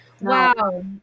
Wow